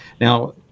Now